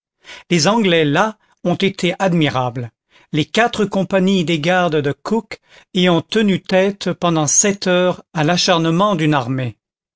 les anglais là ont été admirables les quatre compagnies des gardes de cooke y ont tenu tête pendant sept heures à l'acharnement d'une armée